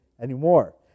anymore